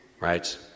right